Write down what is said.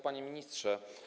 Panie Ministrze!